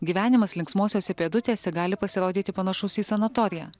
gyvenimas linksmosiose pėdutėse gali pasirodyti panašus į sanatoriją